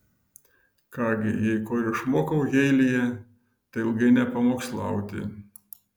ką gi jei ko ir išmokau jeilyje tai ilgai nepamokslauti